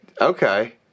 Okay